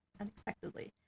unexpectedly